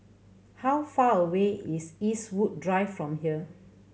how far away is Eastwood Drive from here